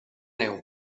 neu